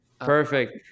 Perfect